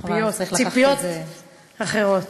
ציפיות אחרות.